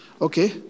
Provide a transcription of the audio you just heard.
Okay